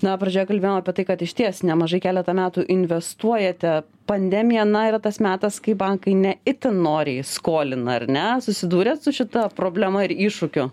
na pradžioj kalbėjom apie tai kad išties nemažai keletą metų investuojate pandemija na yra tas metas kai bankai ne itin noriai skolina ar ne susidūrėt su šita problema ar iššūkiu